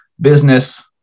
business